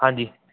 ਹਾਂਜੀ